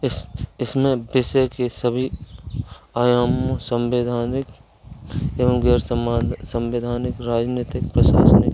इस इसमें विषय के सभी आयामों सांविधानिक एवं ग़ैर सनिधानिक राजनीतिक प्रशासनिक